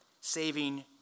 saving